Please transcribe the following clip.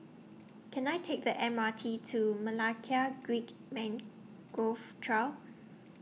Can I Take The M R T to Creek Mangrove Trail